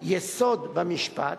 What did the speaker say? יסוד במשפט,